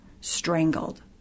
strangled